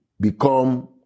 become